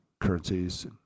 currencies